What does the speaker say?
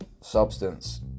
substance